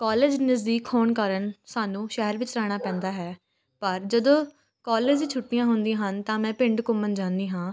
college ਨਜ਼ਦੀਕ ਹੋਣ ਕਾਰਨ ਸਾਨੂੰ ਸ਼ਹਿਰ ਵਿੱਚ ਰਹਿਣਾ ਪੈਂਦਾ ਹੈ ਪਰ ਜਦੋਂ ਕੋਲਜ਼ 'ਚ ਛੁੱਟੀਆਂ ਹੁੰਦੀਆਂ ਹਨ ਤਾਂ ਮੈਂ ਪਿੰਡ ਘੁੰਮਣ ਜਾਂਦੀ ਹਾਂ